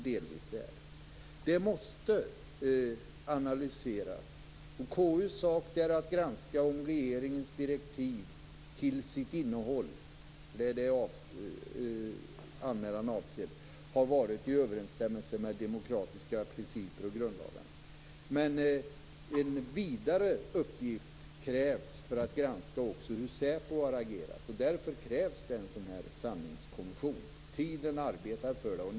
Det måste ske en analys. KU:s sak är att granska om regeringens direktiv till sitt innehåll - det är det som anmälan avser - har varit i överensstämmelse med demokratiska principer och grundlagarna. En vidare uppgift krävs för att granska hur säpo har agerat. Därför krävs det en sanningskommission. Tiden arbetar för det.